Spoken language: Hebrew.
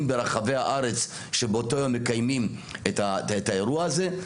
ברחבי הארץ שבאותו יום מקיימים את האירוע הזה.